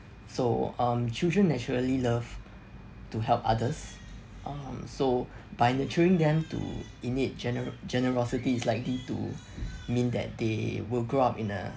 so um children naturally love to help others um so by nurturing them to in it gener~ generosity is likely to mean that they will grow up in a